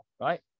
right